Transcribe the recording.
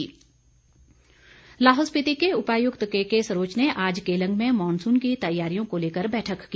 monsoon तैयारी लाहौल स्पीति के उपायुक्त केकेसरोच ने आज केलंग में मॉनसून की तैयारियों को लेकर बैठक की